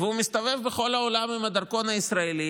והוא מסתובב בכל העולם עם הדרכון הישראלי?